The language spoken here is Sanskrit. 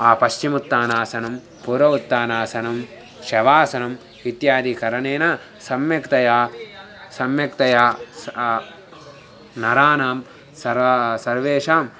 प श्चिमुत्तानासनं पूर्व उत्तानासनं शवासनम् इत्यादिकरणेन सम्यक्तया सम्यक्तया नरानां सरा सर्वेषां